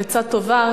עצה טובה.